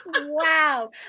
Wow